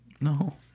No